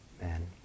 man